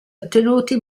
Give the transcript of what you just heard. ottenuti